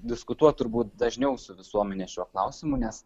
diskutuot turbūt dažniau su visuomene šiuo klausimu nes